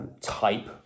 type